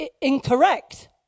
incorrect